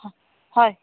হয় হয়